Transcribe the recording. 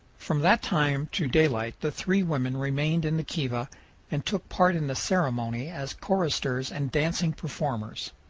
from that time to daylight the three women remained in the kiva and took part in the ceremony as choristers and dancing performers.